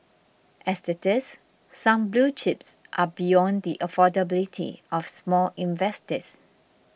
as it is some blue chips are beyond the affordability of small investors